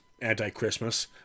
anti-Christmas